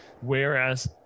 Whereas